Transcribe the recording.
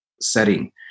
setting